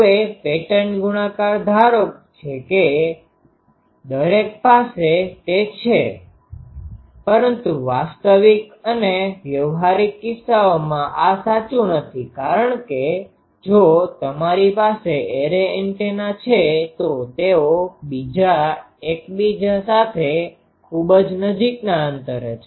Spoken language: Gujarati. હવે પેટર્ન ગુણાકાર ધારે છે કે દરેક પાસે તે છે પરંતુ વાસ્તવિક અને વ્યવહારિક કિસ્સાઓમાં આ સાચું નથી કારણ કે જો તમારી પાસે એરે એન્ટેના છે તો તેઓ એકબીજા સાથે ખૂબ જ નજીકના અંતરે છે